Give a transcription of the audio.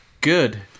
good